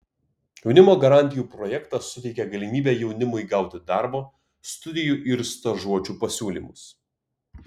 jaunimo garantijų projektas suteikia galimybę jaunimui gauti darbo studijų ir stažuočių pasiūlymus